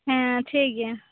ᱦᱮᱸ ᱴᱷᱤᱠ ᱜᱮᱭᱟ